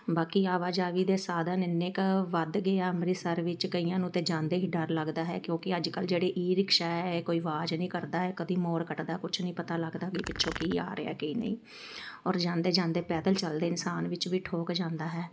ਬਾਕੀ ਆਵਾਜਾਵੀ ਦੇ ਸਾਧਨ ਇੰਨੇ ਕੁ ਵੱਧ ਗਏ ਆ ਅੰਮ੍ਰਿਤਸਰ ਵਿੱਚ ਕਈਆਂ ਨੂੰ ਤਾਂ ਜਾਂਦੇ ਹੀ ਡਰ ਲੱਗਦਾ ਹੈ ਕਿਉਂਕਿ ਅੱਜ ਕੱਲ੍ਹ ਜਿਹੜੇ ਈ ਰਿਕਸ਼ਾ ਹੈ ਇਹ ਕੋਈ ਆਵਾਜ਼ ਨਹੀਂ ਕਰਦਾ ਕਦੇ ਮੋੜ ਕੱਟਦਾ ਕੁਛ ਨਹੀਂ ਪਤਾ ਲੱਗਦਾ ਵੀ ਪਿੱਛੋਂ ਕੀ ਆ ਰਿਹਾ ਕੀ ਨਹੀਂ ਔਰ ਜਾਂਦੇ ਜਾਂਦੇ ਪੈਦਲ ਚਲਦੇ ਇਨਸਾਨ ਵਿੱਚ ਵੀ ਠੋਕ ਜਾਂਦਾ ਹੈ